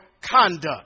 conduct